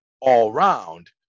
all-round